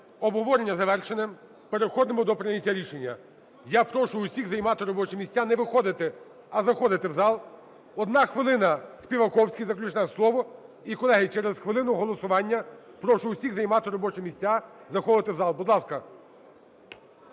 обговорення завершене, переходимо до прийняття рішення. Я прошу усіх займати робочі місця. Не виходити, а заходити в зал. Одна хвилина –Співаковський, заключне слово. І, колеги, через хвилину голосування прошу усіх займати робочі місця, заходити в зал. Будь ласка.